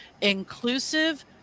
inclusive